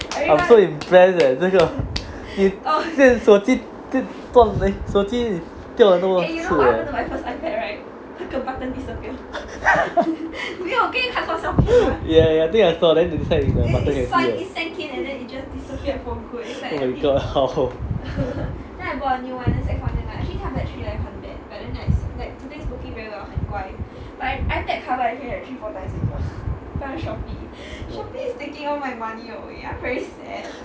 I'm so impressed leh 这个 手机掉手机掉了这么多次 ya ya ya I think I saw then inside the button can see right oh my god how